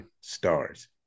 stars